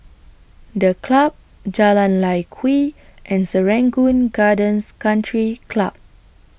The Club Jalan Lye Kwee and Serangoon Gardens Country Club